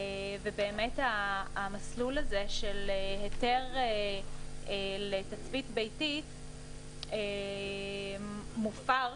ובאמת המסלול של היתר לתצפית ביתית מופר,